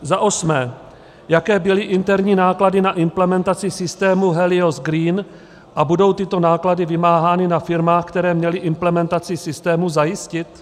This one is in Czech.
Za osmé: Jaké byly interní náklady na implementaci systému Helios Green a budou tyto náklady vymáhány na firmách, které měly implementaci systému zajistit?